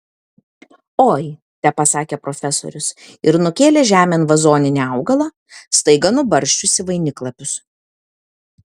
oi tepasakė profesorius ir nukėlė žemėn vazoninį augalą staiga nubarsčiusį vainiklapius